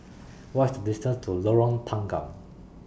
What IS The distance to Lorong Tanggam